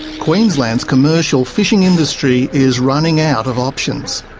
queensland's commercial fishing industry is running out of options.